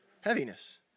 heaviness